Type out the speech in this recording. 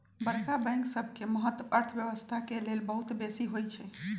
बड़का बैंक सबके महत्त अर्थव्यवस्था के लेल बहुत बेशी होइ छइ